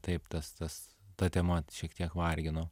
taip tas tas ta tema šiek tiek vargino